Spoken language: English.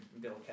Bill